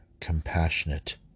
compassionate